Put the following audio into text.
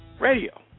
Radio